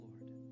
Lord